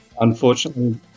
Unfortunately